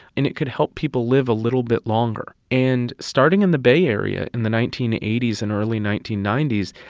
and it could help people live a little bit longer and starting in the bay area, in the nineteen eighty s and early nineteen ninety s,